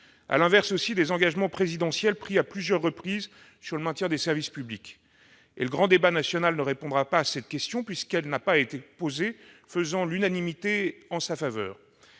à l'inverse aussi des engagements présidentiels pris, à plusieurs reprises, sur le maintien des services publics. Or le grand débat national ne répondra pas à cette question, puisqu'elle n'a pas à être posée, faisant l'unanimité en sa faveur.